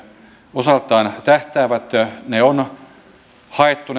osaltaan tähtäävät ne alat on haettu